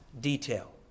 detail